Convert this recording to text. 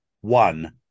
one